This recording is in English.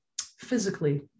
physically